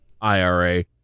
IRA